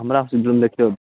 हमरा हॉस्पिटलमे देखियौ